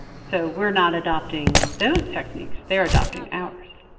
so we're not adopting those techniques. they're adopting ours